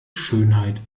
schönheit